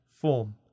form